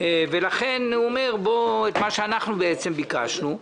לכן הוא אומר את מה שאנחנו בעצם ביקשנו: